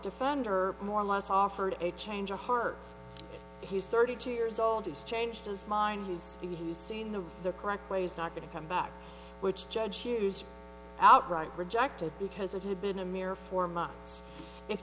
defender more or less offered a change of heart he's thirty two years old he's changed his mind he's he's seen the the correct way is not going to come back which judge choose outright rejected because it had been a mere four months if